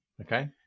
okay